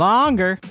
Longer